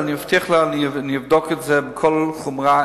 ואני מבטיח לבדוק את זה בכל החומרה,